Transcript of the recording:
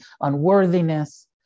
unworthiness